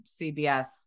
CBS